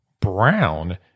Brown